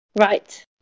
Right